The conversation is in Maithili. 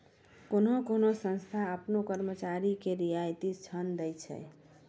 कोन्हो कोन्हो संस्था आपनो कर्मचारी के रियायती ऋण दै छै